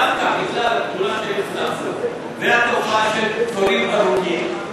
דווקא בגלל הפעולה שהיינו צריכים לעשות והתופעה של תורים ארוכים,